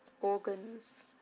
organs